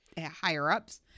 higher-ups